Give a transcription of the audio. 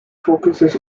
focuses